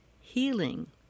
healing